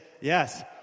Yes